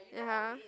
(uh huh)